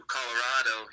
Colorado